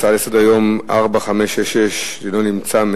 הצעה לסדר-היום מס' 4566. המציע לא נמצא,